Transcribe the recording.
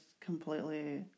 completely